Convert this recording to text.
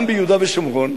גם ביהודה ושומרון,